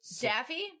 Daffy